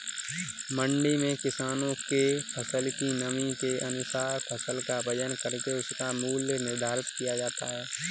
मंडी में किसानों के फसल की नमी के अनुसार फसल का वजन करके उसका मूल्य निर्धारित किया जाता है